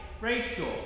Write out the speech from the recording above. Rachel